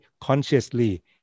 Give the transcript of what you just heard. consciously